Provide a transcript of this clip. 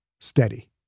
steady